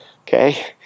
okay